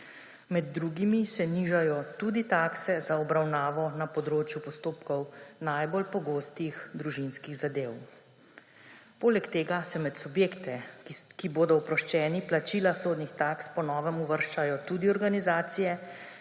Med drugimi se nižajo tudi takse za obravnavo na področju postopkov najbolj pogostih družinskih zadev. Poleg tega se med subjekte, ki bodo oproščeni plačila sodnih taks, po novem uvrščajo tudi organizacije,